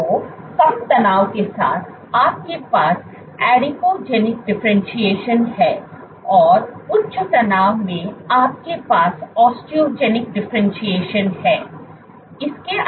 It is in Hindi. तो कम तनाव के साथ आपके पास एडिपोजेनिक डिफरेंटशिएशन है और उच्च तनाव में आपके पास ओस्टोजेनिक डिफरेंटशिएशन है